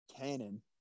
canon